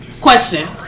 question